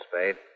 Spade